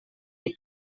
est